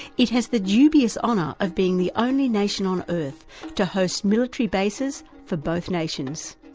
it has the dubious honour of being the only nation on earth to host military bases for both nations.